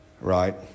Right